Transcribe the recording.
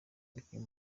umukinnyi